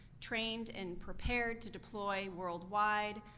trained and prepared to deploy worldwide.